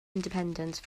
independence